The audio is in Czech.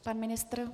Pan ministr?